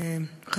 אני מודה לך,